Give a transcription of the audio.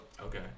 Okay